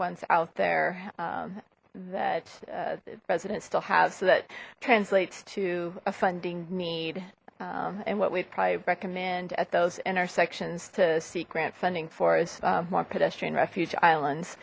ones out there that the president still has that translates to a funding need and what we'd probably recommend at those intersections to seek grant funding for is more pedestrian refuge islands